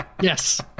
Yes